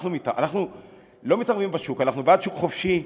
אנחנו לא מתערבים בשוק, אנחנו בעד שוק חופשי,